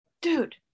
Dude